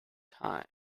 time